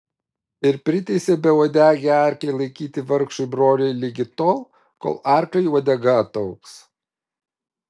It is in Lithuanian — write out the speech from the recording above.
ir priteisė beuodegį arklį laikyti vargšui broliui ligi tol kol arkliui uodega ataugs